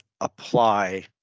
apply